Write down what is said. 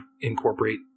incorporate